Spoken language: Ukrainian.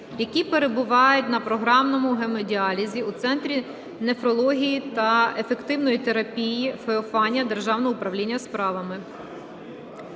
які перебувають на програмному гемодіалізі у Центрі нефрології та еферентної терапії "Феофанія" Державного управління справами.